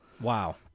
Wow